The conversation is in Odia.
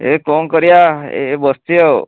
ଏ କ'ଣ କରିବା ଏ ବସଛି ଆଉ